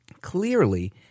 clearly